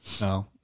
No